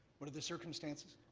what are the circumstances?